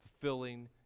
fulfilling